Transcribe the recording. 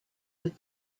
have